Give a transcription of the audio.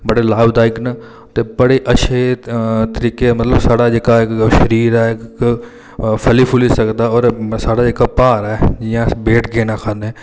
बड़े लाभदायक न ते बड़े अच्छे तरीके मतलब साढ़ा जेह्का इक शरीर ऐ इक फली फुल्ली सकदा और साढ़ा जेह्का भार ऐ जि'यां अस वेट गेन आखै ने ओह्